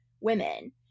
women